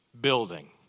building